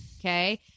Okay